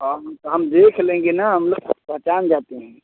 हम हम देख लेंगे ना हम लोग तो पहचान जाते हैं